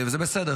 וזה בסדר,